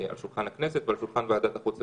על שולחן הכנסת או על שולחן ועדת החוץ והביטחון,